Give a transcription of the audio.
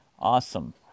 Awesome